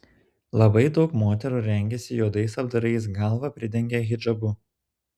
labai daug moterų rengiasi juodais apdarais galvą pridengia hidžabu